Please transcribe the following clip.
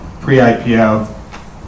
pre-IPO